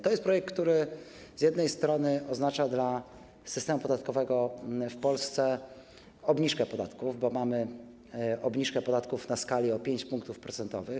To jest projekt, który z jednej strony oznacza dla systemu podatkowego w Polsce obniżkę podatków, bo mamy obniżkę podatków na skali o 5 punktów procentowych.